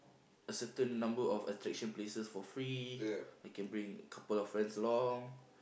a certain number of attraction places for free I can bring a couple of friends along